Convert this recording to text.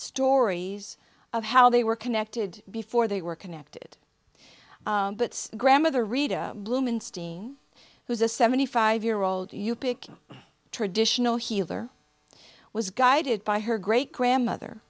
stories of how they were connected before they were connected but grandmother read a bloomin steen who's a seventy five year old you pick traditional healer was guided by her great grandmother